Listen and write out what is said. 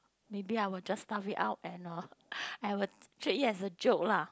maybe I will just laugh it out and uh I will treat it as a joke lah